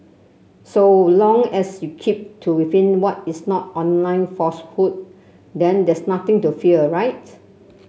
so long as you keep to within what is not online falsehood then there's nothing to fear right